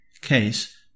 case